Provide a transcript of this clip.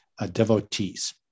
devotees